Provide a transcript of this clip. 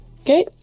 Okay